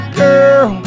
girl